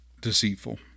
deceitful